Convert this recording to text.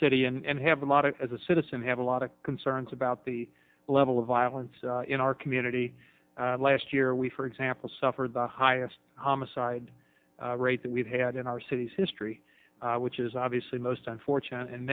city and have a lot of as a citizen have a lot of concerns about the level of violence in our community last year we for example suffered the highest homicide rate that we've had in our city's history which is obviously most unfortunate and